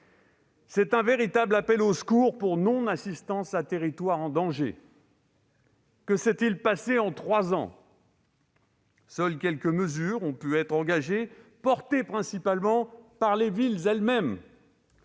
C'est un véritable appel au secours pour non-assistance à territoire en danger. Que s'est-il passé en trois ans ? Seules quelques mesures ont pu être engagées, portées principalement par les villes elles-mêmes.